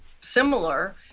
similar